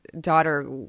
daughter